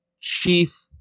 Chief